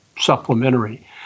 supplementary